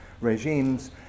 regimes